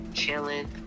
chilling